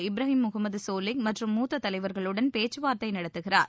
இப்ராஹிம் முகமது சோலிஹ் மற்றும் மூத்த தலைவர்களுடன் பேச்சு வார்த்தை நடத்துகிறார்